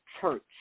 church